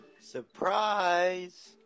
Surprise